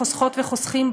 חוסכות וחוסכים,